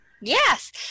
Yes